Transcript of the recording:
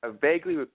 vaguely